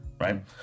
right